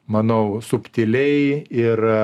manau subtiliai ir